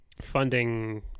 funding